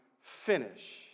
finish